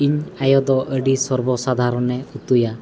ᱤᱧ ᱟᱭᱳ ᱫᱚ ᱟᱹᱰᱤ ᱥᱚᱨᱵᱚᱼᱥᱟᱫᱷᱟᱨᱚᱱᱮ ᱩᱛᱩᱭᱟ